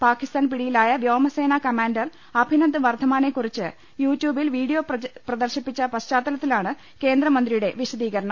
പാക്കിസ്ഥാൻ പിടിയിലായ വ്യോമസേനാ കമാന്റർ അഭിനന്ദ് വർദ്ധമാനെക്കുറിച്ച് യു ട്യൂബിൽ വീഡിയോ പ്രദർശിപ്പിച്ച പശ്ചാത്തലത്തിലാണ് കേന്ദ്രമന്ത്രിയുടെ വിശദീകരണം